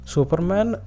Superman